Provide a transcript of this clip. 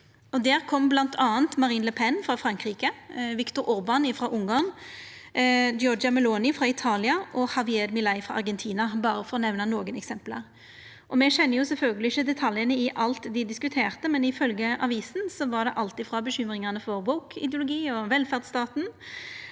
Dit kom bl.a. Marine Le Pen frå Frankrike, Viktor Orban frå Ungarn, Giorgia Meloni frå Italia og Javier Milei frå Argentina, berre for å nemna nokre eksempel. Me kjenner sjølvsagt ikkje detaljane i alt dei diskuterte, men ifølgje avisa var det alt frå bekymringane for woke-ideologi og velferdsstaten.